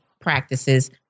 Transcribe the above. practices